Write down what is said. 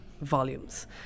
volumes